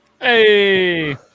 Hey